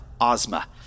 Ozma